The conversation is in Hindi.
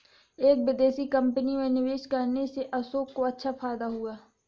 एक विदेशी कंपनी में निवेश करने से अशोक को अच्छा फायदा हुआ